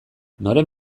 noren